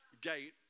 gate